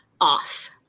off